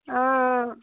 অঁ